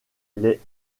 les